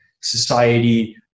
society